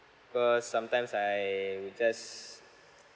because sometimes I will just